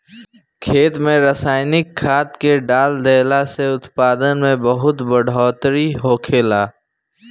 खेत में रसायनिक खाद्य के डाल देहला से उत्पादन में बहुत बढ़ोतरी होखेला